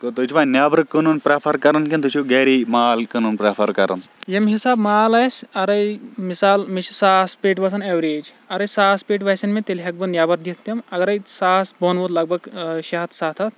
ییٚمہ حسابہٕ مال آسہِ اَگرے مِثال مےٚ چھِ ساس پیٹہِ وَسان ایٚوریج اَگَرے ساس پیٹہِ وَسن مےٚ تیٚلہِ ہیٚکہ بہٕ نٮ۪بَر دِتھ تِم اَگَرے ساس بۄن وتھ لَگبَگ شیٚے سَتھ ہتھ